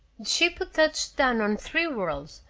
ship would touch down on three worlds,